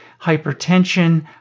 Hypertension